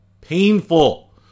Painful